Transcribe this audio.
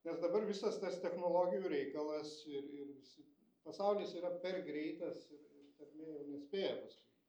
nes dabar visas tas technologijų reikalas ir ir visi pasaulis yra per greitas ir tarmė jau nespėja paskui jį